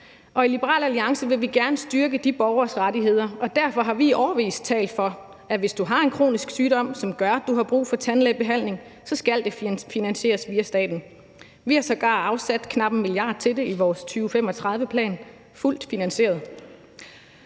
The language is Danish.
i Liberal Alliance vil vi gerne styrke de borgeres rettigheder. Derfor har vi i årevis talt for, at hvis du har en kronisk sygdom, som gør, at du har brug for tandlægebehandling, så skal det finansieres via staten. Vi har sågar afsat knap 1 mia. kr. til det i vores 2035-plan, fuldt finansieret.